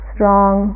strong